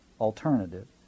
alternative